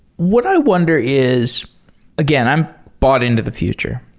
what i wonder is again, i'm bought in to the future.